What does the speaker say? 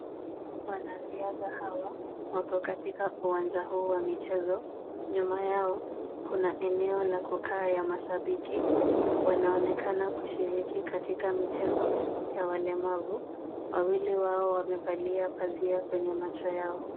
Wanariadha hawa wako katika uwanja huu wa michezo. Nyuma yao kuna eneo la kukaa ya mashabiki. Wanaonekana kushiriki katika michezo ya walemavu. Wawili wao wamevalia pazia kwenye macho yao.